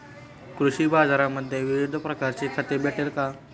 कृषी बाजारांमध्ये विविध प्रकारची खते भेटेल का?